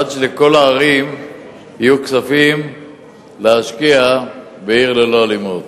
עד שלכל הערים יהיו כספים להשקיע ב"עיר ללא אלימות".